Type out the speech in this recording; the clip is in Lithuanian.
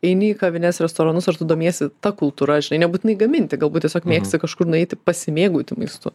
eini į kavines restoranus ar tu domiesi ta kultūra žinai nebūtinai gaminti galbūt tiesiog mėgsta kažkur nueiti pasimėgauti maistu